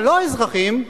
הלא אזרחים,